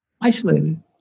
isolated